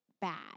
bad